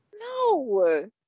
No